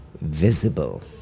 visible